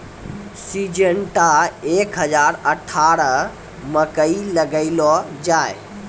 Syngenta एक हजार अठारह मकई लगैलो जाय?